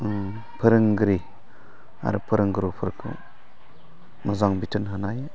फोरोंगिरि आरो फोरोंगुरुफोरखौ मोजां बिथोन होनाय